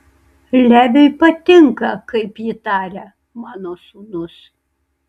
leviui patinka kaip ji taria mano sūnus